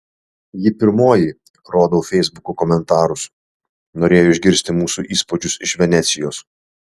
ji pirmoji rodau feisbuko komentarus norėjo išgirsti mūsų įspūdžius iš venecijos